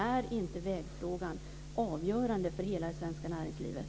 Är inte vägtrafiken avgörande för hela det svenska näringslivet?